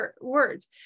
words